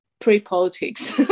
pre-politics